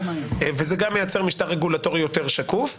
וזה גם מייצר משטר רגולטורי יותר שקוף.